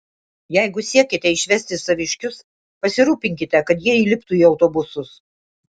jeigu siekiate išvesti saviškius pasirūpinkite kad jie įliptų į autobusus